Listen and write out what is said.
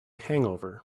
hangover